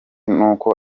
n’uko